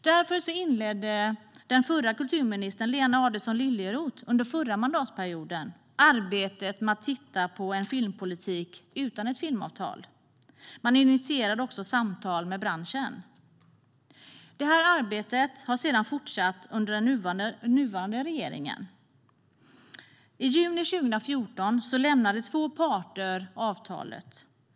Därför inledde den förra kulturministern Lena Adelsohn Liljeroth under förra mandatperioden arbetet med att titta på en filmpolitik utan ett filmavtal. Man initierade också samtal med branschen. Arbetet har sedan fortsatt under den nuvarande regeringen. I juni 2014 lämnade två parter avtalet.